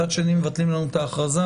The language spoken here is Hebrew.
מצד שני מבטלים לנו את ההכרזה.